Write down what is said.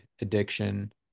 addiction